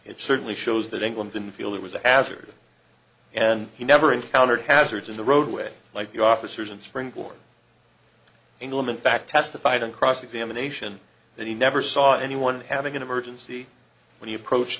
it certainly shows that england didn't feel it was adjured and he never encountered hazards in the roadway like the officers and springboard engelman fact testified on cross examination that he never saw anyone having an emergency when he approached